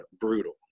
brutal